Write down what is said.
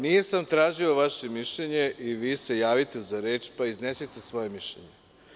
Nisam tražio vaše mišljenje, i vi se javite za reč i iznesite svoje mišljenje.